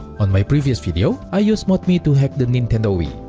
on my previous video, i used modmii to hack the nintendo wii.